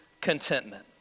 contentment